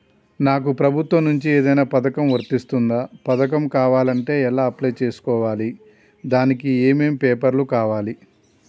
నాకు ప్రభుత్వం నుంచి ఏదైనా పథకం వర్తిస్తుందా? పథకం కావాలంటే ఎలా అప్లై చేసుకోవాలి? దానికి ఏమేం పేపర్లు కావాలి?